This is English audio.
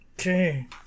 Okay